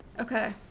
Okay